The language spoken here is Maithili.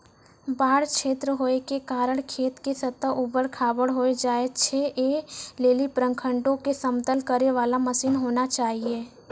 बाढ़ क्षेत्र होय के कारण खेत के सतह ऊबड़ खाबड़ होय जाए छैय, ऐ लेली प्रखंडों मे समतल करे वाला मसीन होना चाहिए?